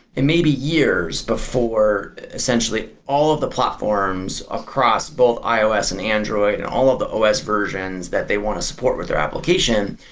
it may be years before essentially all of the platforms across both ios and android and all of the os versions that they want to support with their application,